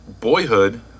Boyhood